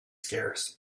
scarce